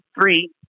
three